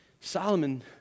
Solomon